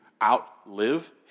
outlive